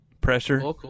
pressure